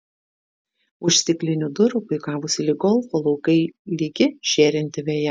už stiklinių durų puikavosi lyg golfo laukai lygi žėrinti veja